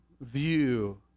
view